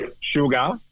Sugar